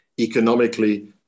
economically